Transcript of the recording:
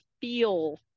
feel